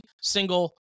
single